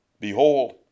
Behold